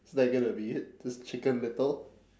is that going to be it just chicken little